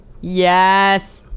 Yes